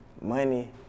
Money